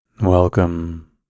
Welcome